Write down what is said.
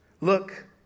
Look